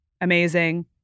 Amazing